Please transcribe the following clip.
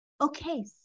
okay